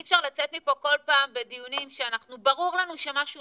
אי אפשר לצאת מפה כל פעם מדיונים כשברור לנו שמשהו